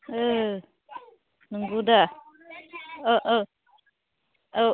नंगौदा औ